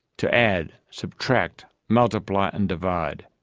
to add, subtract, multiply and divide,